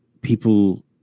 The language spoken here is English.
people